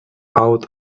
out